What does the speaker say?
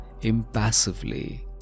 impassively